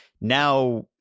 now